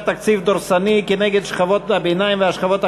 תקציב דורסני נגד שכבות הביניים והשכבות החלשות.